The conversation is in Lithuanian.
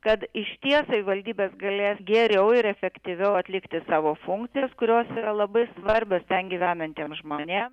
kad išties savivaldybės galės geriau ir efektyviau atlikti savo funkcijas kurios yra labai svarbios ten gyvenantiems žmonėms